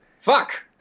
Fuck